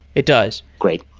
it does. great.